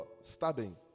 stabbing